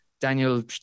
Daniel